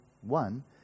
one